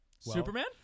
Superman